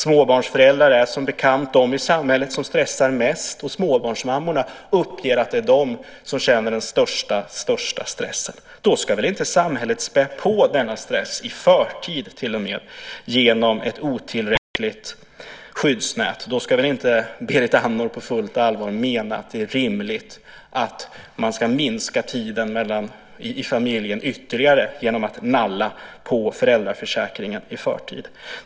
Småbarnsföräldrar är som bekant de i samhället som stressar mest, och småbarnsmammorna uppger att det är de som känner den största stressen. Då ska väl inte samhället späda på denna stress i förtid genom ett otillräckligt skyddsnät. Då kan väl inte Berit Andnor på fullt allvar mena att det är rimligt att man ska minska tiden i familjen ytterligare genom att man måste nalla på föräldraförsäkringen i förtid.